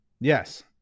Yes